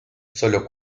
sólo